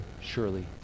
surely